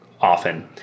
often